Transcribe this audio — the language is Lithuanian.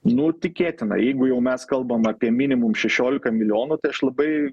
nu tikėtina jeigu jau mes kalbam apie minimum šešiolika milijonų tai aš labai